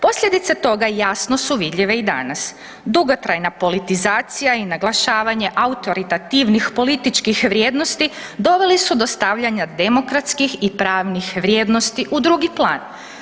Posljedice toga jasno su vidljive i danas, dugotrajna politizacija i naglašavanje autoritarnih političkih vrijednosti doveli su do stavljanja demokratskih i pravnih vrijednosti u drugi plan.